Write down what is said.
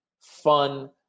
fun